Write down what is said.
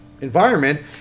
environment